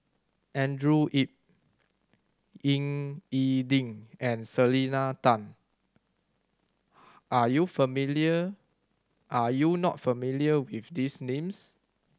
Andrew Yip Ying E Ding and Selena Tan are you familiar are you not familiar with these names